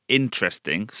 interesting